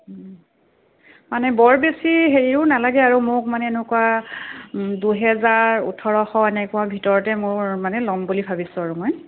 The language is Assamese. মানে বৰ বেছি হেৰিও নালাগে আৰু মোক মানে এনেকুৱা দুহেজাৰ ওঠৰশ এনেকুৱা ভিতৰতে মোৰ মানে ল'ম বুলি ভাবিছোঁ আৰু মই